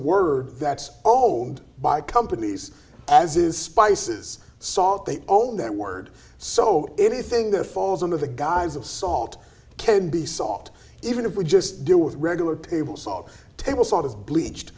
word that's old by companies as is spices salt they own that word so anything that falls under the guise of salt can be solved even if we just deal with regular table saw table saw this bleached